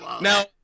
Now